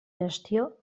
gestió